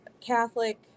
Catholic